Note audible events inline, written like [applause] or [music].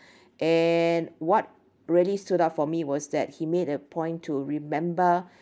[breath] and what really stood out for me was that he made a point to remember